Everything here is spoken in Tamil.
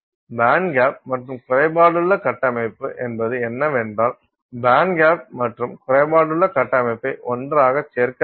பேண்ட்கேப் மற்றும் குறைபாடுள்ள கட்டமைப்பு என்பது என்னவென்றால் பேண்ட்கேப் மற்றும் குறைபாடுள்ள கட்டமைப்பை ஒன்றாக சேர்க்க வேண்டும்